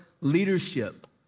leadership